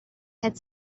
had